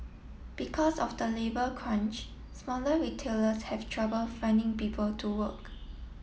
because of the labour crunch smaller retailers have trouble finding people to work